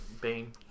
Bane